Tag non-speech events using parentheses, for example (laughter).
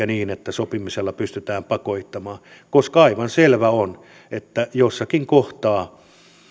(unintelligible) niin että sopimisella pystytään pakottamaan koska aivan selvä on että jossakin kohtaa